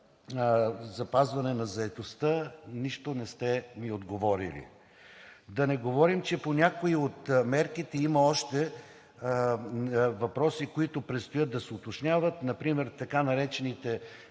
запазване на заетостта нищо не сте ми отговорили. Да не говорим, че по някои от мерките има още въпроси, които предстои да се уточняват. Например така наречените